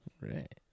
Right